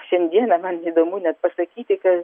šiandieną man įdomu net pasakyti kai